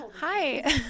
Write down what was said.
Hi